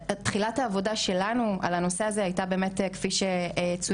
אני מבינה שכבר יש איזו שהיא חשיבה על הנושא הזה,